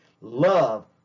love